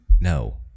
No